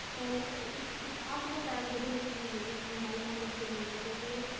then it's, it's possible that within a few years, you might end up getting rid of it,